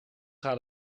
gaat